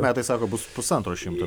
metais sako bus pusantro šimto